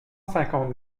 cinquante